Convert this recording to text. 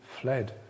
fled